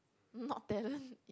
not talent